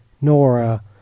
Nora